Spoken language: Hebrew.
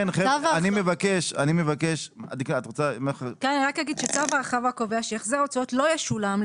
אני רק אומר שצו ההרחבה קובע שהחזר הוצאות לא ישולם,